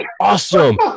awesome